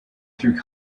through